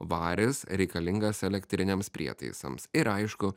varis reikalingas elektriniams prietaisams ir aišku